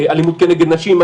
אלימות כנגד נשים.